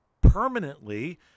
permanently